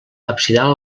absidal